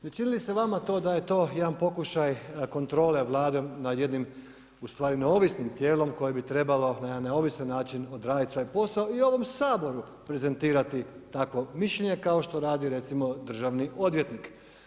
Ne čini li se vama to da je to jedan pokušaj kontrole Vlade nad jednim u stvari, neovisnom tijelom koje bi trebalo na jedan neovisan način odraditi svoj posao i ovom Saboru prezentirati takvo mišljenje, kao što radi recimo, državni odvjetnik.